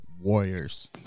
Warriors